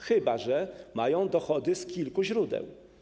chyba że mają dochody z kilku źródeł.